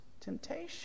temptation